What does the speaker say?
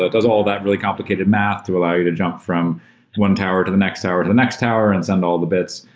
does all that really complicated math to allow you to jump from one tower to the next tower to the next tower and send all the bits.